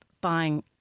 buying